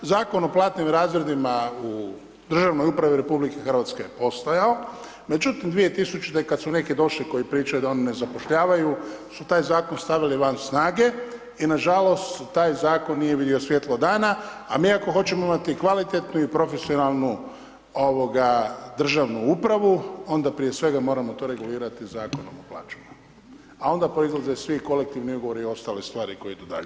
Zakon o platnim razredima u državnoj upravi RH je postojao, međutim 2000. kad su neki došli koji pričaju da oni ne zapošljavaju su taj zakon stavili van snage i nažalost taj zakon nije vidio svjetlo dana i mi ako hoćemo imati kvalitetnu i profesionalnu ovoga državnu upravu onda prije svega moramo to regulirati Zakonom o plaćama, a onda proizlaze svi kolektivni ugovori i ostale stvari koje idu dalje.